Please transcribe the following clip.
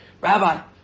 Rabbi